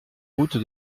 route